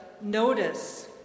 notice